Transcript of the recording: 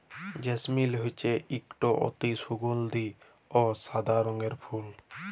জেসমিল হছে ইকট অতি সুগাল্ধি অ সাদা রঙের ফুল